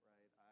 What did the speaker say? Right